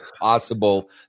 possible